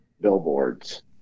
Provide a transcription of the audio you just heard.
billboards